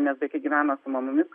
nes vaikai gyvena su mamomis